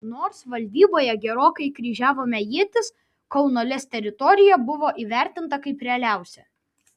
nors valdyboje gerokai kryžiavome ietis kauno lez teritorija buvo įvertinta kaip realiausia